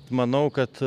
manau kad